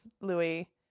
Louis